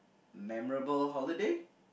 memorable holiday